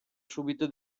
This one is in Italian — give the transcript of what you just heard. subito